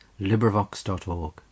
LibriVox.org